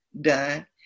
done